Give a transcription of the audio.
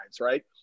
right